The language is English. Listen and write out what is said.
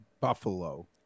Buffalo